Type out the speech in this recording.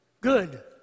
Good